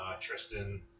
Tristan